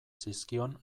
zizkion